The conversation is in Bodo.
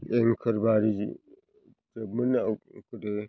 एंखोरबारि जोबमोन ना गोदो